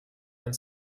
and